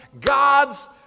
God's